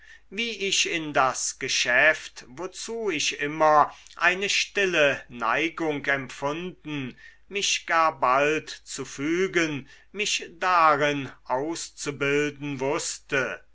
wie ich in das geschäft wozu ich immer eine stille neigung empfunden mich gar bald zu fügen mich darin auszubilden wußte